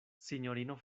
sinjorino